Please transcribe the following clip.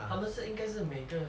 他们是应该是每个